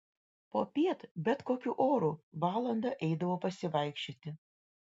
popiet bet kokiu oru valandą eidavo pasivaikščioti